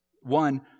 One